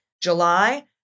July